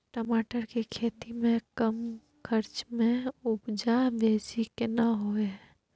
टमाटर के खेती में कम खर्च में उपजा बेसी केना होय है?